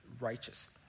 righteous